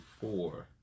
four